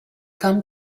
come